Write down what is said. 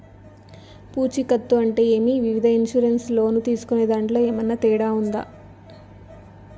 పూచికత్తు అంటే ఏమి? వివిధ ఇన్సూరెన్సు లోను తీసుకునేదాంట్లో ఏమన్నా తేడా ఉందా?